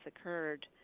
occurred